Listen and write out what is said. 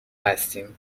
هستیم